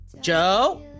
Joe